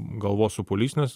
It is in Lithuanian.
galvos sopulys nes